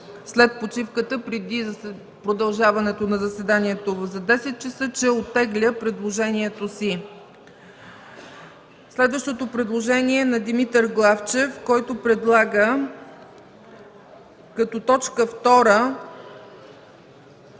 след почивката, преди продължаване на заседанието за 10,00 ч., че оттегля предложението си. Следващото предложение е на Димитър Главчев, който предлага като т. 2 да